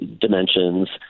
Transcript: dimensions